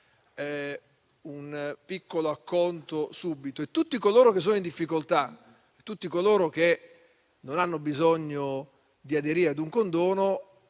un piccolo acconto subito; mentre tutti coloro che sono in difficoltà, coloro che non hanno bisogno di aderire a un condono